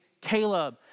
Caleb